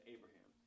Abraham